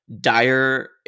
dire